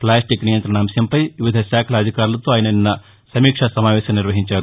plastic నియంత్రణ అంశంపై వివిధ శాఖల అధికారులతో ఆయన నిన్న సమీక్షాసమావేశం నిర్వహించారు